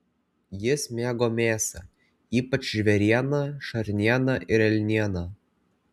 jis mėgo mėsą ypač žvėrieną šernieną ir elnieną